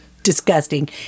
Disgusting